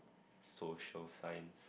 social science